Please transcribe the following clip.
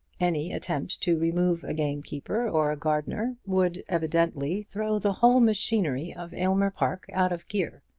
any attempt to remove a gamekeeper or a gardener would evidently throw the whole machinery of aylmer park out of gear.